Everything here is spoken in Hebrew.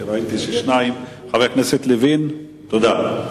אדוני, חבר הכנסת אזולאי.